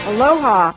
Aloha